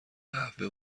قهوه